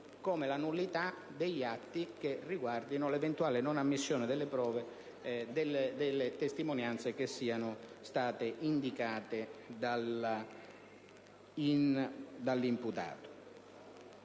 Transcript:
come la nullità degli atti che riguardino l'eventuale non ammissione delle testimonianze indicate dall'imputato.